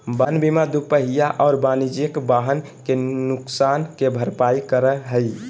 वाहन बीमा दूपहिया और वाणिज्यिक वाहन के नुकसान के भरपाई करै हइ